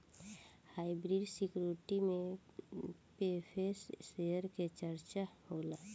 hybrid security में preference share के चर्चा होला